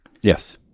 Yes